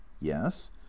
yes